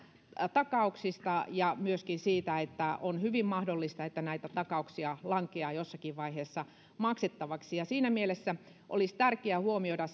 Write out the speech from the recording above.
takauksista ja myöskin siitä että on hyvin mahdollista että näitä takauksia lankeaa jossakin vaiheessa maksettavaksi siinä mielessä olisi tärkeää huomioida